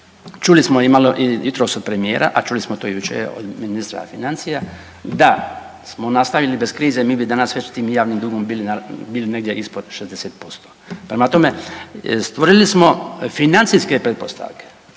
čuli smo i malo jutros od premijera, a čuli smo to jučer od ministra financija da smo nastavili bez krize mi bi danas već tim javnim dugom bili negdje ispod 60%. Prema tome, stvorili smo financijske pretpostavke